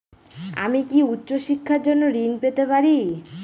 আমি কি উচ্চ শিক্ষার জন্য ঋণ পেতে পারি?